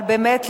אבל באמת,